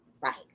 right